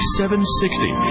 760